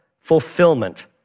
fulfillment